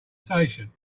station